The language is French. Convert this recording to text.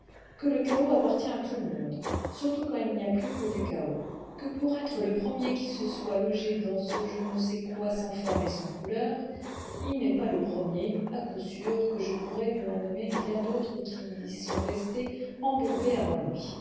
que le chaos appartient à tout le monde surtout quand il n'y a plus que du chaos que pour être le premier qui se soit logé dans ce je ne sais quoi sans forme et sans couleur il n'est pas le premier à coup sûr que je pourrais lui en nommer bien d'autres qui y sont restés embourbés avant lui